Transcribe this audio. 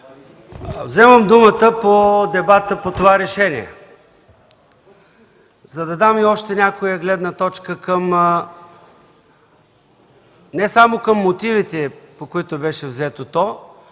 вземам думата по дебата за това решение, за да дам още една гледна точка не само към мотивите, по които беше взето то,